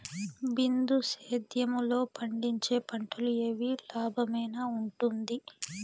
బిందు సేద్యము లో పండించే పంటలు ఏవి లాభమేనా వుంటుంది?